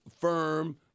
firm